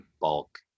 bulk